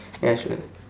ya sure